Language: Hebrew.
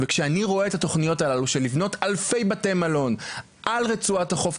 וכשאני רואה את התוכניות הללו של לבנות אלפי בתי-מלון על רצועת החוף,